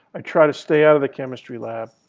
i try to stay out of the chemistry lab.